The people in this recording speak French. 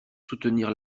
soutenir